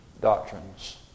doctrines